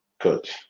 Good